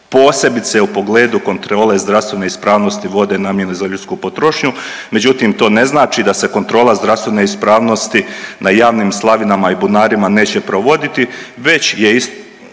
posebice u pogledu kontrole zdravstvene ispravnosti vode namijenjene za ljudsku potrošnju, međutim, to ne znači da se kontrola zdravstvene ispravnosti na javnim slavinama i bunarima neće provoditi već je,